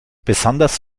besonders